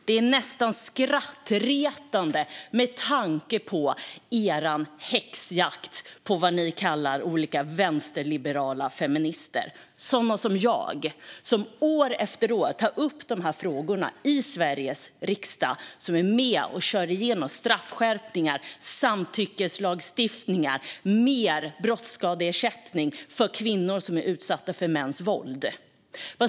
Det är nästan skrattretande med tanke på er häxjakt på vad ni kallar "vänsterliberala feminister" - sådana som jag, som år efter år tar upp de här frågorna i Sveriges riksdag, som är med och kör igenom straffskärpningar, samtyckeslagstiftning och högre brottsskadeersättning för kvinnor som är utsatta för mäns våld.